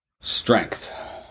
Strength